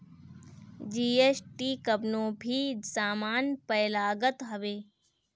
GST कवनो भी सामान पअ लागत हवे